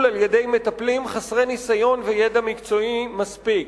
על-ידי מטפלים חסרי ניסיון וידע מקצועי מספיק.